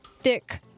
thick